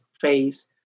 phase